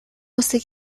үсэг